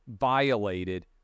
violated